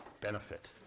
benefit